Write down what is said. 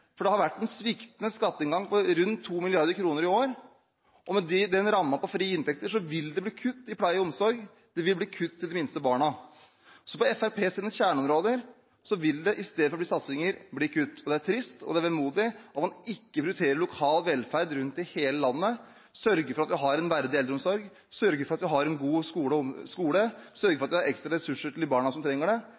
for det har vært en sviktende skatteinngang på rundt 2 mrd. kr i år, og med den rammen på frie inntekter vil det bli kutt i pleie og omsorg, det vil bli kutt til de minste barna. Så på Fremskrittspartiets kjerneområder vil det i stedet for satsinger bli kutt. Det er trist og det er vemodig at man ikke prioriterer lokal velferd rundt i hele landet, sørger for at vi har en verdig eldreomsorg, sørger for at vi har en god skole, sørger for at vi har ekstra ressurser til de barna som trenger det.